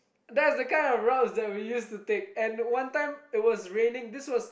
that's the kind of routes that we used to take and one time it was raining this was